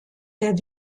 der